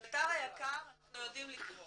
את אתר היק"ר אנחנו יודעים לקרוא